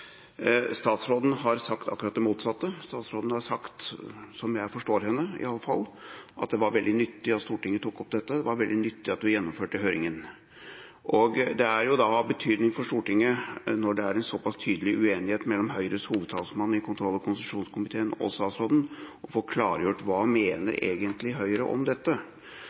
statsråden har sagt akkurat det motsatte. Statsråden har sagt – som jeg forstår henne, i hvert fall – at det var veldig nyttig at Stortinget tok opp dette, det var veldig nyttig at vi gjennomførte høringen. Det er da av betydning for Stortinget, når det er en såpass tydelig uenighet mellom Høyres hovedtalsmann i kontroll- og konstitusjonskomiteen og statsråden, å få klargjort hva Høyre egentlig mener om dette.